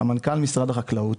סמנכ"ל משרד החקלאות